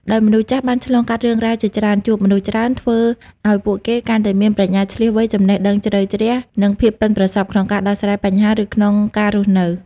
ដោយមនុស្សចាស់បានឆ្លងកាត់រឿងរ៉ាវជាច្រើន ជួបមនុស្សច្រើន ធ្វើឱ្យពួកគេកាន់តែមានប្រាជ្ញាឈ្លាសវៃ ចំណេះដឹងជ្រៅជ្រះ និងភាពប៉ិនប្រសប់ ក្នុងការដោះស្រាយបញ្ហា ឬក្នុងការរស់នៅ។